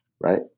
right